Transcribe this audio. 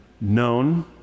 known